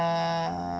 err